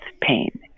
pain